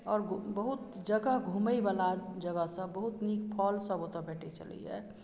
आओर बहुत जगह घुमय वला जगह सब बहुत नीक फॉल सब ओतय भेटै छलैया